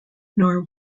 nor